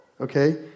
Okay